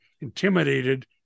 intimidated